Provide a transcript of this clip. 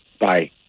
bye